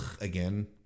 again